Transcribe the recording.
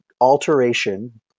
alteration